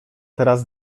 teraz